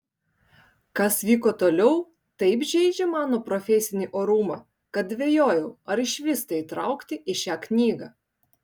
kas vyko toliau taip žeidžia mano profesinį orumą kad dvejojau ar išvis tai įtraukti į šią knygą